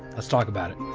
let's talk about it.